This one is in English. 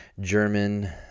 German